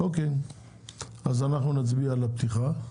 אם כך, אנחנו נצביע על הפתיחה.